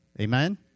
Amen